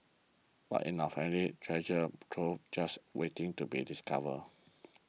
but in our families treasure troves just waiting to be discovered